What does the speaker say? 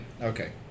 okay